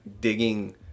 digging